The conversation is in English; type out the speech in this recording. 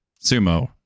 sumo